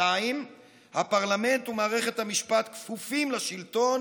2. הפרלמנט ומערכת המשפט כפופים לשלטון,